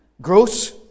gross